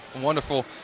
wonderful